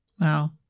Wow